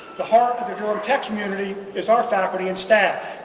the heart of the durham tech community is our faculty and staff.